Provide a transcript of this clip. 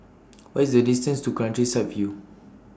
What IS The distance to Countryside View